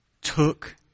took